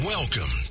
Welcome